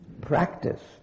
practice